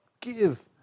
give